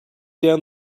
down